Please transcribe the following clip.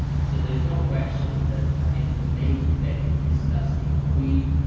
so there is no question that that is the main debate. we discussed it, but we,